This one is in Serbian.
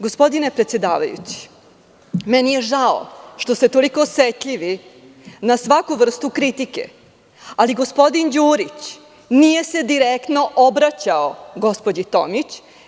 Gospodine predsedavajući, meni je žao što ste toliko osetljivi na svaku vrstu kritike, ali gospodin Đurić nije se direktno obraćao gospođi Tomić.